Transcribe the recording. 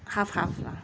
half half lah